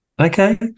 Okay